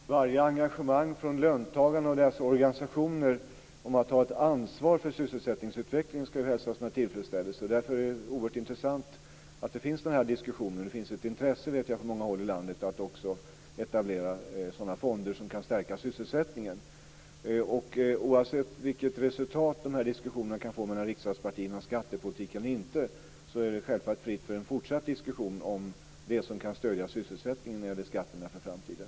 Herr talman! Allt engagemang från löntagarna och deras organisationer när det gäller att ta ett ansvar för sysselsättningsutvecklingen skall hälsas med tillfredsställelse. Därför är det oerhört intressant att den här diskussionen finns. Jag vet att det finns ett intresse på många håll i landet av att etablera sådana fonder som kan stärka sysselsättningen. Oavsett vilket resultat det blir av diskussionerna mellan riksdagspartierna om skattepolitiken är det självfallet fritt för en fortsatt diskussion om hur man kan stödja sysselsättningen när det gäller skatterna inför framtiden.